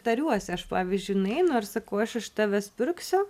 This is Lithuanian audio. tariuosi aš pavyzdžiui nueinu ir sakau aš iš tavęs pirksiu